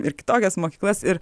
ir kitokias mokyklas ir